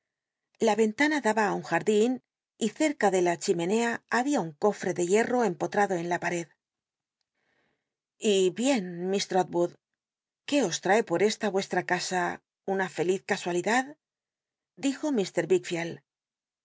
yen lana daba j un jardin y cerca de la chimenea babia un cofre de hierro empolmdo en la pared y bien miss trolwood t ué os trae por esta rueoha casa una feliz casualidad dijo